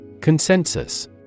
Consensus